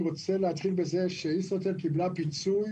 אני רוצה להתחיל בזה שישרוטל קיבלה פיצוי